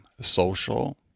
social